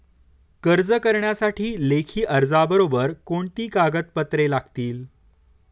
कर्ज करण्यासाठी लेखी अर्जाबरोबर कोणती कागदपत्रे लागतील?